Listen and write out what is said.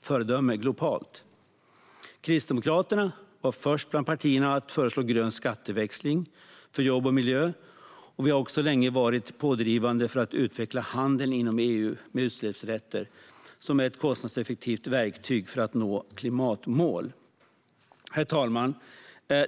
föredöme globalt. Kristdemokraterna var först bland partierna att föreslå grön skatteväxling för jobb och miljö, och vi har länge varit pådrivande för att utveckla handeln inom EU med utsläppsrätter, som är ett kostnadseffektivt verktyg för att nå klimatmål. Herr talman!